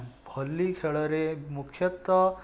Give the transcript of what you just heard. ଭଲି ଖେଳରେ ମୁଖ୍ୟତଃ